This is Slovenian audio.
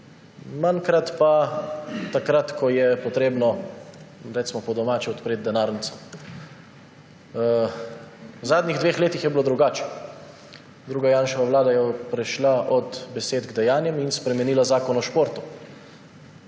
manjkrat pa takrat, ko je potrebno, recimo po domače, odpreti denarnico. V zadnjih dveh letih je bilo drugače. Druga Janševa vlada je prešla od besed k dejanjem in spremenila Zakon o športu.